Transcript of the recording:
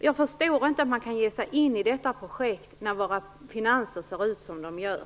Jag förstår inte att man kan ge sig in i detta projekt när våra finanser ser ut som de gör.